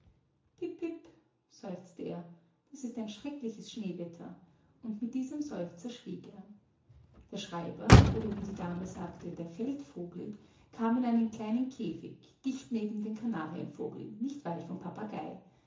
er das ist ein erschreckliches schneewetter und mit diesem seufzer schwieg er der schreiber oder wie die dame sagte der feldvogel kam in einen kleinen käfig dicht neben den kanarienvogel nicht weit vom papagai